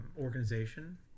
organization